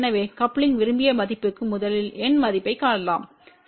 எனவே கப்லிங் விரும்பிய மதிப்புக்கு முதலில் எண் மதிப்பைக் காணலாம் C